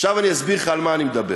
עכשיו אסביר לך על מה אני מדבר.